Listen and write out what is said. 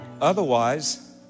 Otherwise